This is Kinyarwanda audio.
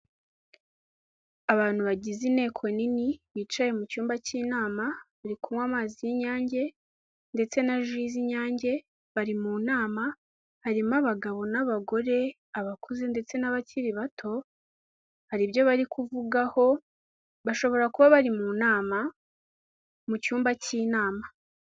Abantu bagize inteko nini bicaye mu cyumba cy'inama, bari kunywa amazi y'inyange ndetse na ji z'inyange, bari mu nama harimo abagabo n'abagore abakuze ndetse n'abakiri bato, hari ibyo bari kuvugaho bashobora kuba bari mu nama mu cyumba cy'inama.